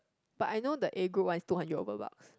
but I know the A group one is two hundred over bucks